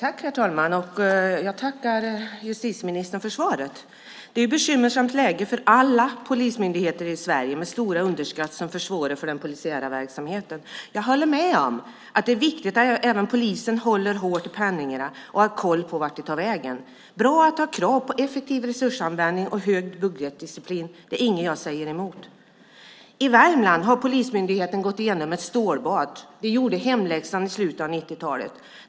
Herr talman! Jag tackar justitieministern för svaret. Det är bekymmersamt läge för alla polismyndigheter i Sverige, med stora underskott som försvårar för den polisiära verksamheten. Jag håller med om att det är viktigt att även polisen håller hårt i pengarna och har koll på vart de tar vägen. Det är bra att ha krav på effektiv resursanvändning och god budgetdisciplin. Det är inget som jag säger emot. I Värmland har polismyndigheten gått igenom ett stålbad. Man gjorde hemläxan i slutet av 90-talet.